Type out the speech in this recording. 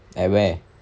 where